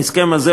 ההסכם הזה,